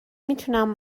میتونم